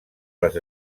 les